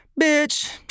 Bitch